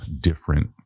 different